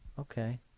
okay